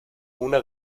una